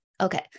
Okay